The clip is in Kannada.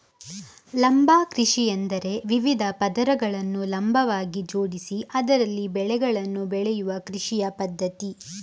ಲಂಬ ಕೃಷಿಯೆಂದರೆ ವಿವಿಧ ಪದರಗಳನ್ನು ಲಂಬವಾಗಿ ಜೋಡಿಸಿ ಅದರಲ್ಲಿ ಬೆಳೆಗಳನ್ನು ಬೆಳೆಯುವ ಕೃಷಿಯ ಪದ್ಧತಿ